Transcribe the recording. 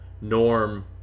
Norm